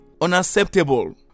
unacceptable